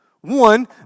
One